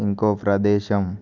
ఇంకో ప్రదేశం